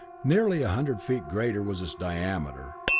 nearly a hundred feet greater was its diameter,